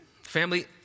Family